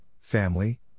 family